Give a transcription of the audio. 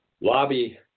lobby